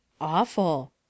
Awful